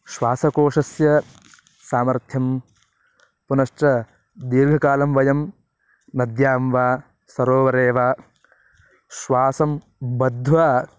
श्वासकोषस्य सामर्थ्यं पुनश्च दीर्घकालं वयं नद्यां वा सरोवरे वा श्वासं बद्ध्वा